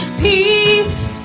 peace